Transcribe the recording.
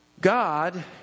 God